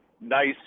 nice